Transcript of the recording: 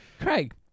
Craig